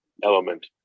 element